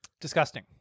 Disgusting